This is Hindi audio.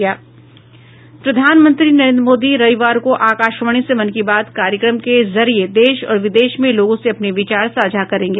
प्रधानमंत्री नरेन्द्र मोदी रविवार को आकाशवाणी से मन की बात कार्यक्रम के जरिए देश और विदेश में लोगों से अपने विचार साझा करेंगे